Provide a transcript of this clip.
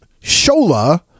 Shola